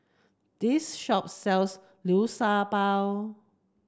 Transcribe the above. this shop sells Liu Sha Bao